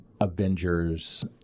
Avengers